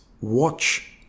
Watch